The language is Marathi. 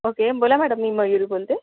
ओके बोला मॅडम मी मयुरी बोलते